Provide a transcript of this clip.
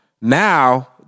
Now